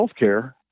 healthcare